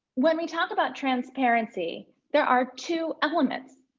when we talk about transparency, there are two elements.